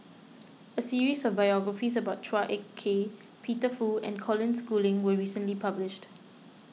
a series of biographies about Chua Ek Kay Peter Fu and Colin Schooling was recently published